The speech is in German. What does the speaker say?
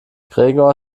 gregor